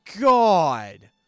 God